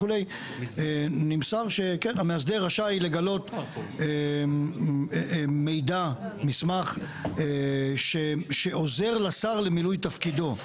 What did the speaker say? נמסר כי המאסדר רשאי לגלות מידע או מסמך שעוזרים לשר במילוי תפקידו,